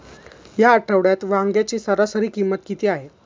या आठवड्यात वांग्याची सरासरी किंमत किती आहे?